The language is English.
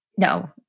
No